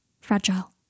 Fragile